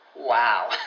Wow